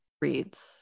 reads